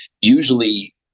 usually